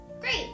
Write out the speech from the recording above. great